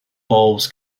bulbs